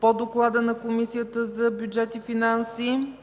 по доклада на Комисията по бюджет и финанси.